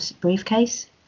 briefcase